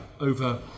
over